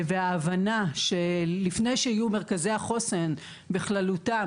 ההבנה היא שלפני שיהיו מרכזי החוסן בכללותם